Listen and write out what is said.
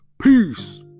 peace